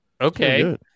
Okay